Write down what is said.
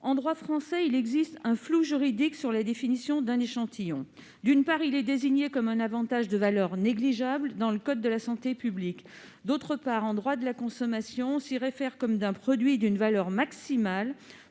En droit français, il existe un flou juridique sur cette définition. D'une part, l'échantillon est désigné comme un « avantage de valeur négligeable » dans le code de la santé publique ; d'autre part, en droit de la consommation, on s'y réfère comme à un produit « d'une valeur maximale